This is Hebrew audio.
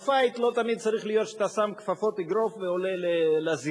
"פייט" לא תמיד צריך להיות שאתה שם כפפות אגרוף ועולה לזירה.